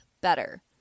better